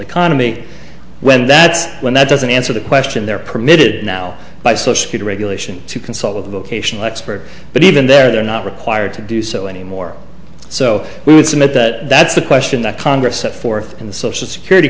economy when that's one that doesn't answer the question they're permitted now by so skewed regulation to consult with a vocational expert but even there they're not required to do so anymore so i would submit that that's a question that congress set forth in the social security